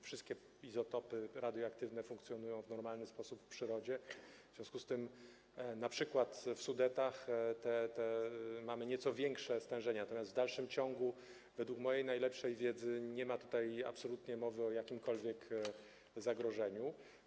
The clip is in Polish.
Wszystkie izotopy radioaktywne funkcjonują w normalny sposób w przyrodzie, w związku z tym w np. Sudetach mamy nieco większe stężenia, natomiast w dalszym ciągu, według mojej najlepszej wiedzy, nie ma tutaj absolutnie mowy o jakimkolwiek zagrożeniu.